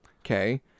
Okay